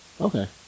okay